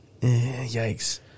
Yikes